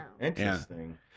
interesting